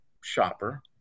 shopper